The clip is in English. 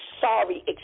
sorry